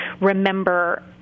remember